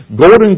golden